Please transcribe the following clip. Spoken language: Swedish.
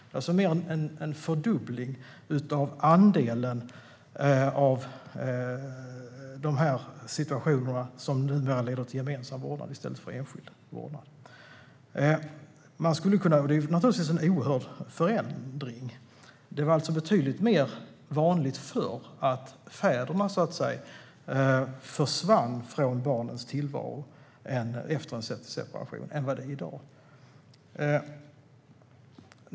Det är mer än en fördubbling av andelen fall som leder till gemensam vårdnad och en stor förändring. Det var betydligt vanligare förr att fäderna försvann från barnens tillvaro efter en separation än vad det är i dag.